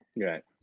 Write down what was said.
right